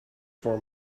for